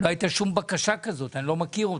לא הייתה שום בקשה כזאת, אני לא מכיר אותה.